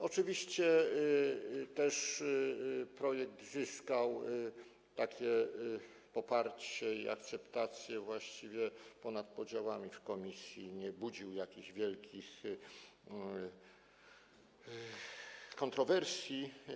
Oczywiście projekt zyskał poparcie i akceptację właściwie ponad podziałami w komisji, nie budził jakichś wielkich kontrowersji.